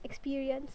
experience